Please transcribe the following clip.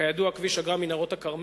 כידוע, כביש אגרה מנהרות-הכרמל,